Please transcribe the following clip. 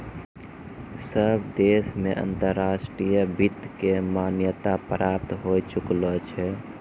सब देश मे अंतर्राष्ट्रीय वित्त के मान्यता प्राप्त होए चुकलो छै